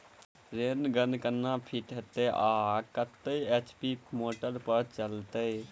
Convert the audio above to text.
Rain gun केना fit हेतइ आ कतेक एच.पी मोटर पर चलतै?